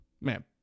man